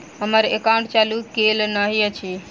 हम्मर एकाउंट चालू केल नहि अछि?